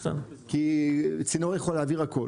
כי צינור יכול להעביר הכול,